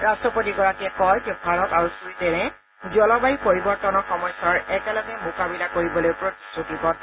ৰাষ্ট্ৰপতিগৰাকীয়ে কয় যে ভাৰত আৰু চুইডেনে জলবায়ু পৰিৱৰ্তনৰ সমস্যাৰ একেলগে মোকাবিলা কৰিবলৈ প্ৰতিশ্ৰতিবদ্ধ